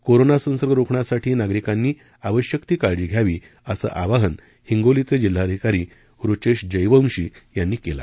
corona संसर्ग रोखण्यासाठी नागरिकांनी आवश्यक ती काळजी घ्यावी असं आवाहन हिंगोलीचे जिल्हाधिकारी रुचेश जयवंशी यांनी केलं आहे